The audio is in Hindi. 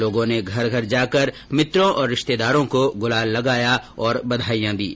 लोगों ने घर घर जाकर मित्रों और रिश्तेदारों को गुलाल लगाया और बधाईयां दीं